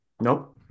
nope